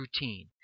routine